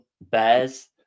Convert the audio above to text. bears